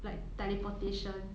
like teleportation